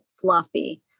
fluffy